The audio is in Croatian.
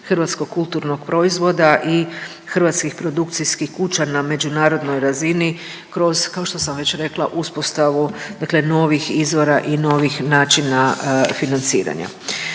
hrvatskog kulturnog proizvoda i hrvatskih produkcijskih kuća na međunarodnoj razini kroz kao što sam već rekla uspostavu dakle novih izvora i novih načina financiranja.